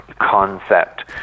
concept